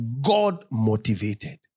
God-motivated